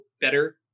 better